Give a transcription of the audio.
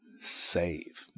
save